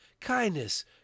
kindness